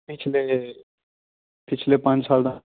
ਪਿਛਲੇ ਪਿਛਲੇ ਪੰਜ ਸਾਲ ਦਾ